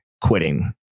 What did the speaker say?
quitting